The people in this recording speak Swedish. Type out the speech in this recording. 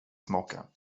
smaka